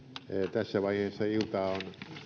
tässä vaiheessa iltaa on